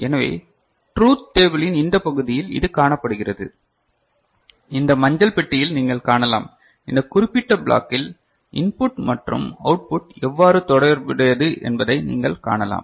எனவே ட்ருத் டேபிலின் இந்த பகுதியில் இது காணப்படுகிறது இந்த மஞ்சள் பெட்டியில் நீங்கள் காணலாம் இந்த குறிப்பிட்ட பிளாக்கில் இன்புட் மற்றும் அவுட்புட் எவ்வாறு தொடர்புடையது என்பதை நீங்கள் காணலாம்